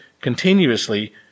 continuously